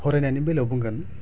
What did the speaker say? फरायनायनि बेलायाव बुंगोन